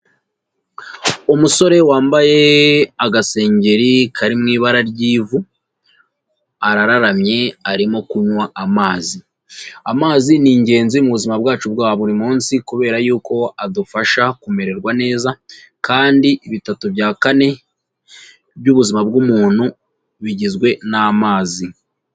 Umusore wambaye agasengeri kari mu ibara ry'ivu, arararamye, arimo kunywa amazi. Amazi ni ingenzi mu buzima bwacu bwa buri munsi, kubera yuko adufasha kumererwa neza, kandi bitatu bya kane by'ubuzima bw'umuntu bigizwe n'amazi.